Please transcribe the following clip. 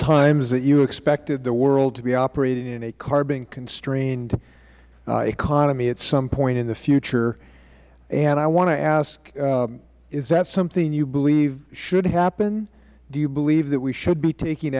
times that you expected the world to be operating in a carbon constrained economy at some point in the future and i want to ask is that something you believe should happen do you believe that we should be taking